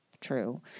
true